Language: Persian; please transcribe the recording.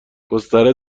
گستره